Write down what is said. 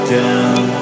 down